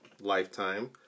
lifetime